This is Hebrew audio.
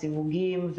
עם סיווגים,